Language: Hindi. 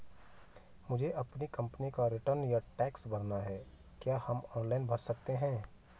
मुझे अपनी कंपनी का रिटर्न या टैक्स भरना है क्या हम ऑनलाइन भर सकते हैं?